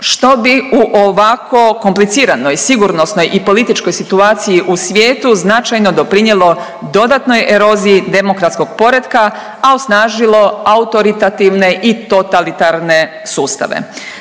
što bi u ovako kompliciranoj sigurnosnoj i političkoj situaciji u svijetu značajno doprinijelo dodatnoj eroziji demokratskog poretka a osnažilo autoritativne i totalitarne sustave.